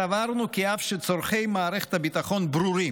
סברנו כי אף שצורכי מערכת הביטחון ברורים,